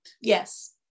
Yes